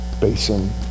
basin